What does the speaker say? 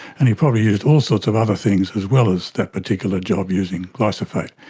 and he probably used all sorts of other things as well as that particular job using glyphosate.